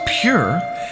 pure